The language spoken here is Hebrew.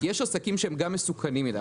יש עסקים שהם מסוכנים מדי.